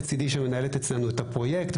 לצידי שמנהלת אצלנו את הפרויקט,